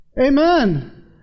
Amen